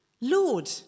Lord